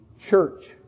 church